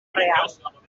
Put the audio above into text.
real